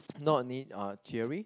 not only uh theory